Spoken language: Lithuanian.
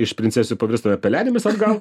iš princesių pavirstame pelenėmis atgal